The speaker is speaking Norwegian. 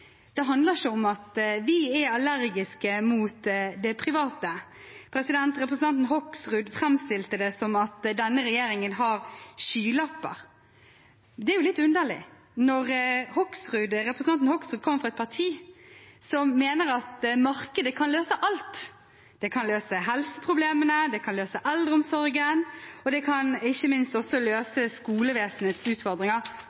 Det handler ikke om at vi er allergiske mot det private. Representanten Hoksrud framstilte det som at denne regjeringen har skylapper. Det er litt underlig når representanten Hoksrud kommer fra et parti som mener at markedet kan løse alt. Det kan løse helseproblemene, det kan løse eldreomsorgen, og det kan ikke minst